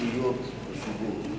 בבית-ספר.